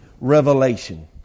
Revelation